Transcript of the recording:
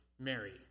Mary